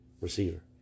receiver